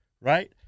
Right